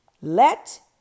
let